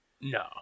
No